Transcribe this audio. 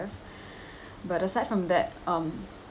but aside from that um